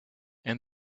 and